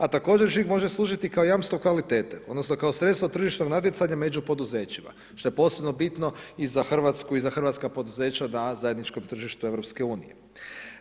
A također žig može služiti i kao jamstvo kvalitete odnosno kao sredstvo tržišnog natjecanja među poduzećima što je posebno bitno i za Hrvatsku i za hrvatska poduzeća na zajedničkom tržištu Europske unije.